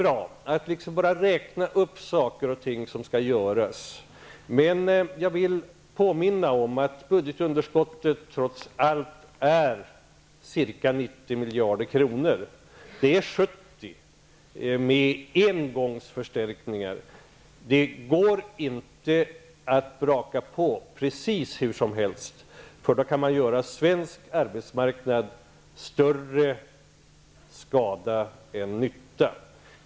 Det låter bra när man räknar upp saker som skall göras, men jag vill påminna om att budgetunderskottet trots allt är ca 90 miljarder kronor -- det är 70 miljarder med engångsförstärkningar. Det går inte att braka på precis hur som helst, för då kan man göra svensk arbetsmarknad större skada än nytta.